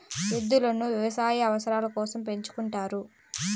ఎద్దులను వ్యవసాయ అవసరాల కోసం పెంచుకుంటారు